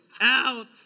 out